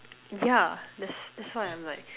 yeah that's that's why I'm like